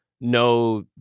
no